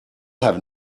have